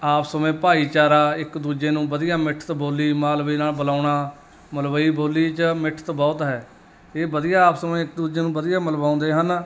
ਆਪਸ ਮੇਂ ਭਾਈਚਾਰਾ ਇੱਕ ਦੂਜੇ ਨੂੰ ਵਧੀਆ ਮਿੱਠਤ ਬੋਲੀ ਮਾਲਵੇ ਨਾਲ ਬੁਲਾਉਣਾ ਮਲਵਈ ਬੋਲੀ 'ਚ ਮਿੱਠਤ ਬਹੁਤ ਹੈ ਇਹ ਵਧੀਆ ਆਪਸ ਮੇਂ ਇੱਕ ਦੂਜੇ ਨੂੰ ਵਧੀਆ ਮਿਲਵਾਉਂਦੇ ਹਨ